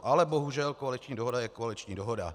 Ale bohužel koaliční dohoda je koaliční dohoda.